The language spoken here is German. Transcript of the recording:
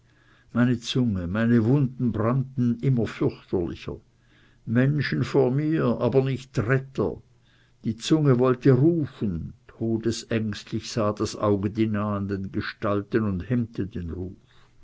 meine zunge meine wunden brannten immer fürchterlicher menschen vor mir aber nicht retter die zunge wollte rufen todesängstlich sah das auge die nahenden gestalten und hemmte den ruf